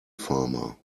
farmer